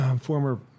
former